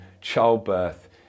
childbirth